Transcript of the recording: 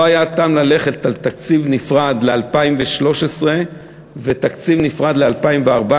לא היה טעם ללכת לתקציב נפרד ל-2013 ותקציב נפרד ל-2014,